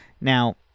Now